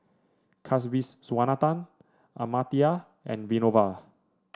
Kasiviswanathan Amartya and Vinoba